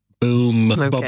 boom